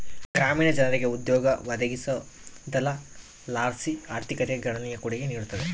ಗ್ರಾಮೀಣ ಜನರಿಗೆ ಉದ್ಯೋಗ ಒದಗಿಸೋದರ್ಲಾಸಿ ಆರ್ಥಿಕತೆಗೆ ಗಣನೀಯ ಕೊಡುಗೆ ನೀಡುತ್ತದೆ